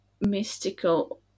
mystical